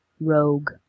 rogue